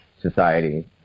society